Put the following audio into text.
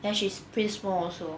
then she's pretty small also